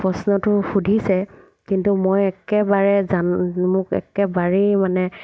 প্ৰশ্নটো সুধিছে কিন্তু মই একেবাৰে জান মোক একেবাৰেই মানে